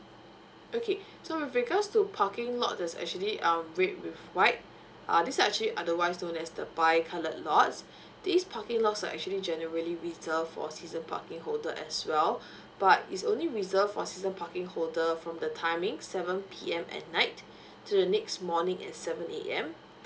okay so with regards to parking lot there's actually um red with white uh this side actually otherwise known as the bi coloured lots these parking lots are actually generally reserved for season parking holder as well but it's only reserve for season parking holder from the timings seven P_M at night to the next morning at seven A_M